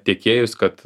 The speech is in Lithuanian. tiekėjus kad